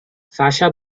sasha